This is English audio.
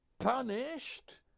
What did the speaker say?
punished